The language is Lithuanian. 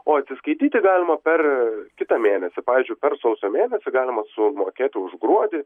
o atsiskaityti galima per kitą mėnesį pavyzdžiui per sausio mėnesį galima sumokėti už gruodį